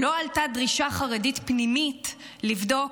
לא עלתה דרישה חרדית פנימית לבדוק